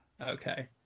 Okay